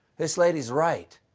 this lady's right.